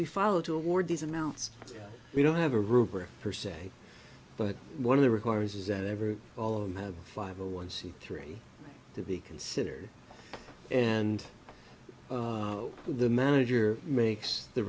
we follow to award these amounts we don't have a rubric per se but one of the requires is that ever all of them have five a one c three to be considered and the manager makes the